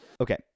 Okay